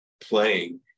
playing